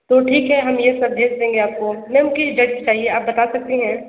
तो ठीक है हम ये सब भेज देंगे आपको मेम किस डेट में चाहिए आप बता सकते हैं